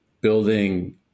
building